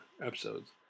episodes